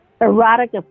erotic